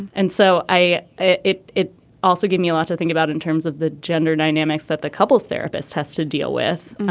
and so i it it also gave me a lot to think about in terms of the gender dynamics that the couple's therapist has to deal with.